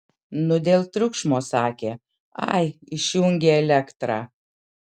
nu dėl triukšmo sakė ai išjungė elektrą